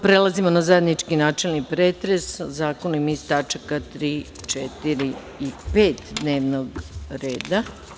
Prelazimo na zajednički načelni pretres o predlozima zakona iz tačaka 3, 4. i 5. dnevnog reda.